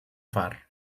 far